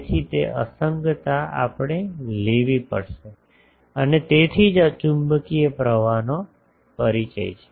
તેથી તે અસંગતતા આપણે લેવી પડશે અને તેથી જ આ ચુંબકીય પ્રવાહનો પરિચય છે